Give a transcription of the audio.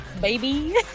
Baby